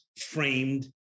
framed